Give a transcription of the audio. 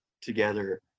together